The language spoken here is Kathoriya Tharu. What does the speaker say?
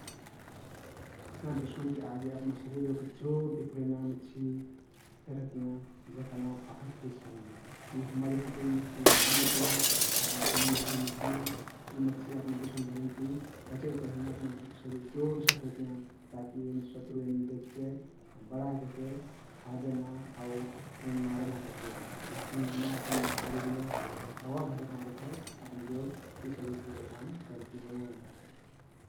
अपना दुश्मनके आगे अपना शरिर ओहके जोरति फुलैना मछ्छी फे रहतियाँ । जेहका नाउँ फाफर फिस हइ । यी हम्मर याहाँ ते यी मछ्छी जेदा नाइ रहतियाँ मुल समुन्द्र घइन मिलतियाँ । यी मछ्छी अपन दुश्मन भरिनति बचेक तहिन अपन शरिर जोडसे फुलैतियाँ ता की एन शत्रु एन देखके बडा हइ कहिके खाबे न आउ एन मारे न कहिके । अइस्तहिं एने अपन शरिरमे हवा भरेकमारे फे अपन जोरति शरिर फुलैना काम करतियाँ ।